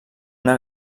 una